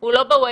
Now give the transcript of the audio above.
הוא לא בחדר